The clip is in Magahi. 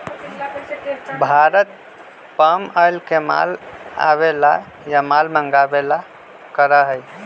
भारत पाम ऑयल के माल आवे ला या माल मंगावे ला करा हई